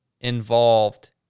involved